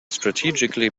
strategically